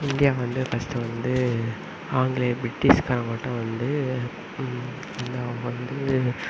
India வந்து first வந்து ஆங்கிலேயர் பிரிட்டிஷ்காரர்கள்ட்ட வந்து எல்லாம் வந்து